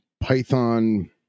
python